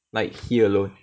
like he alone